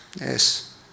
yes